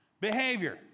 Behavior